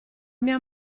mia